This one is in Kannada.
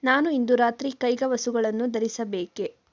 ನಾನು ಇಂದು ರಾತ್ರಿ ಕೈಗವಸುಗಳನ್ನು ಧರಿಸಬೇಕೆ